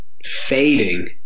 fading